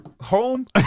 home